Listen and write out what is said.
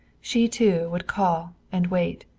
she, too, would call and wait,